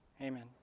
amen